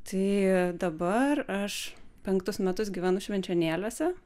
tai dabar aš penktus metus gyvenu švenčionėliuose